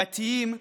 דתיים,